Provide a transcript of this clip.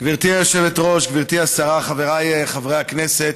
גברתי היושבת-ראש, גברתי השרה, חבריי חברי הכנסת,